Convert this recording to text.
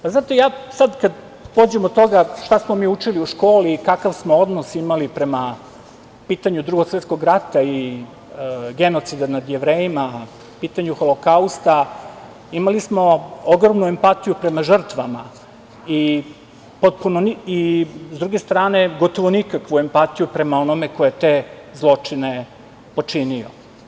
Zato ja sad kada pođem od toga šta smo mi učili u školi i kakav smo odnos imali prema pitanju Drugog svetskog rata i genocida nad Jevrejima, pitanju „Holokausta“, imali smo ogromnu empatiju prema žrtvama i s druge strane gotovo nikakvu empatiju prema onome ko je te zločine počinio.